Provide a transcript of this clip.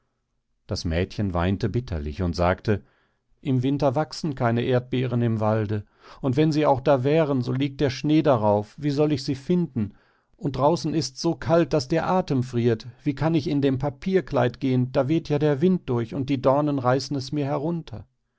das mädchen weinte bitterlich und sagte im winter wachsen keine erdbeeren im walde und wenn sie auch da wären so liegt der schnee darauf wie soll ich sie finden und draußen ists so kalt daß der athem friert wie kann ich in dem papierkleid gehen da weht ja der wind durch und die dornen reißen es mir herunter